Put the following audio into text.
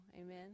Amen